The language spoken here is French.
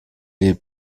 est